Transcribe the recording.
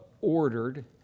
ordered